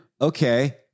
Okay